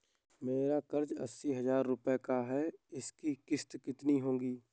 मेरा कर्ज अस्सी हज़ार रुपये का है उसकी किश्त कितनी होगी?